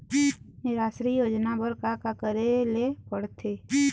निराश्री योजना बर का का करे ले पड़ते?